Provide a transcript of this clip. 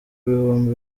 bihumbi